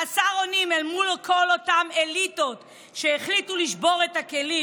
חסר אונים אל מול כל אותן אליטות שהחליטו לשבור את הכלים.